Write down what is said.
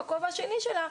בכובע השני שלה,